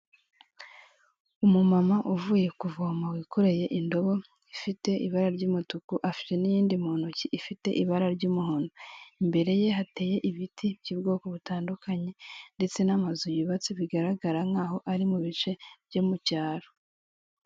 Umumama uvuye kuvoma wikoreye indobo ifite ibara ry'umutuku, afite n'iyindi mu ntoki ifite ibara ry'umuhondo, imbere ye hateye ibiti by'ubwoko butandukanye ndetse n'amazu yubatse bigaragara nk'aho ari mu bice byo mu cyaro.